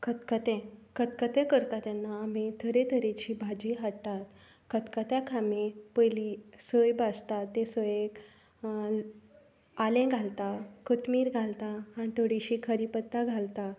खतखतें खतखतें करताे तेन्ना आमी तेरें तरेचीं भाजी हाडटा खतखत्याक आमी पयली सोय भाजता ते सोयेक आले घालतां कोथमिर घालतां आनी थोडिशीं करीपत्ता घालता